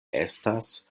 estas